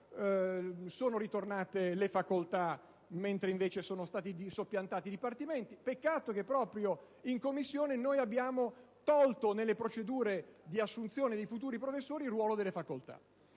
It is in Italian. ritornate le facoltà, mentre sarebbero stati soppiantati i dipartimenti: peccato però che, proprio in Commissione, abbiamo eliminato nelle procedure di assunzione dei futuri professori il ruolo delle facoltà.